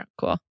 cool